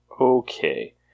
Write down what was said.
Okay